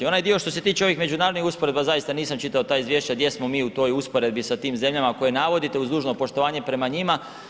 Onaj dio što se tiče ovih međunarodnih usporedba, zaista nisam čitao ta izvješća gdje smo mi u toj usporedbi sa tim zemljama koje navodite uz dužno poštovanje prema njima.